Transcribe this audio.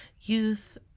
youth